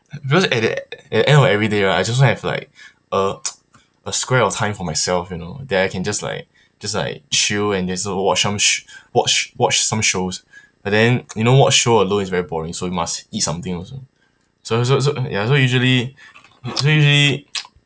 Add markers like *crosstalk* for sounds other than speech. because at the e~ at the end of every day right I just wanna have like a *noise* a square of time for myself you know that I can just like just like chill and also watch some sh~ watch watch some shows but then you know watch show alone is very boring so you must eat something also so so so ya so usually so usually *noise*